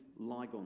Ligon